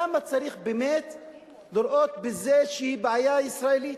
למה צריך לראות בזה איזו בעיה ישראלית?